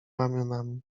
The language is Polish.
ramionami